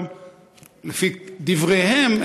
לפי דבריהם,